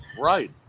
Right